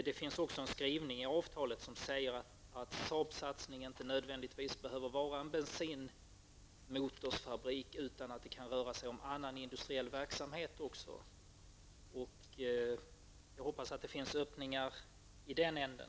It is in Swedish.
Det finns också en skrivning av avtalet som säger att Saabs satsning nödvändigtvis inte behöver ske i form av en bensinmotorsfabrik utan att det kan röra sig om annan industriell verksamhet. Jag hoppas att det finns öppningar i den änden.